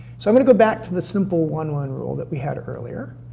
so i'm gonna go back to the simple one, one rule, that we had earlier.